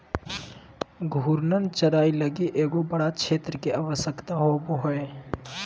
घूर्णन चराई लगी एगो बड़ा क्षेत्र के आवश्यकता होवो हइ